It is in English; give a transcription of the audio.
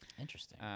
Interesting